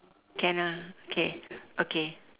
can ah okay okay